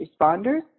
responders